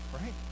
right